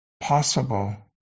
possible